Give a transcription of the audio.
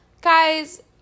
guys